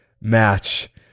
match